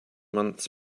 months